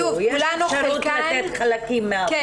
יש אפשרות לתת חלקים מהאפוטרופסות?